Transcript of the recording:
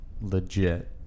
legit